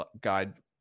guide